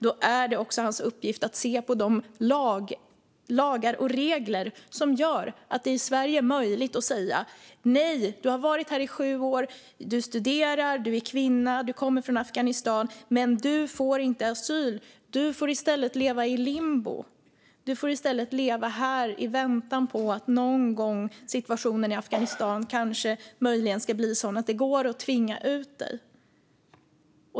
Då är det hans uppgift att se på de lagar och regler som gör att det i Sverige är möjligt att säga: Nej, du har varit här i sju år, du studerar, du är kvinna och du kommer från Afghanistan. Men du får inte asyl, utan du får i stället leva i limbo här i väntan på att situationen i Afghanistan någon gång kanske blir sådan att det går att tvinga ut dig.